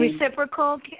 reciprocal